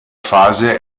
fase